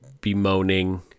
Bemoaning